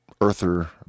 earther